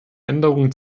änderung